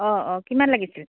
অঁ অঁ কিমান লাগিছিল